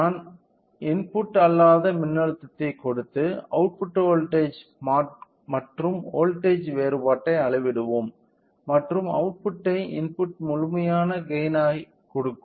நான் இன்புட் அல்லாத மின்னழுத்தத்தைப் கொடுத்து அவுட்புட் வோல்ட்டேஜ் மற்றும் வோல்ட்டேஜ் வேறுபாட்டை அளவிடுவோம் மற்றும் அவுட்புட் பை இன்புட் முழுமையான கெய்ன் ஐ கொடுக்கும்